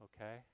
okay